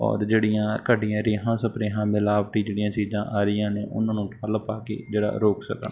ਔਰ ਜਿਹੜੀਆਂ ਘਟੀਆਂ ਰੇਹਾਂ ਸਪਰੇਹਾਂ ਮਿਲਾਵਟੀ ਜਿਹੜੀਆਂ ਚੀਜ਼ਾਂ ਆ ਰਹੀਆਂ ਨੇ ਉਹਨਾਂ ਨੂੰ ਠੱਲ੍ਹ ਪਾ ਕੇ ਜਿਹੜਾ ਰੋਕ ਸਕਣ